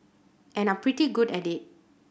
and are pretty good at it